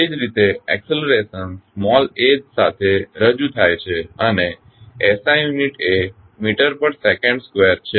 એ જ રીતે acceleration small a સાથે રજૂ થાય છે અને SI યુનિટ એ મીટર પર સેકંડ સ્કેવર છે